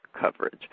coverage